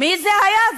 מי זה היה?